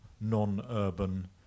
non-urban